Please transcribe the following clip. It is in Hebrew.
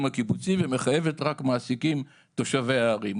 הקיבוצי ומחייבת רק מעסיקים תושבי הערים.